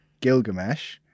Gilgamesh